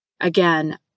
again